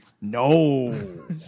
No